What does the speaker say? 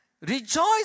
rejoice